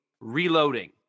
reloading